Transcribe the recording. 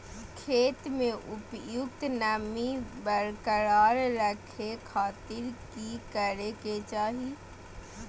खेत में उपयुक्त नमी बरकरार रखे खातिर की करे के चाही?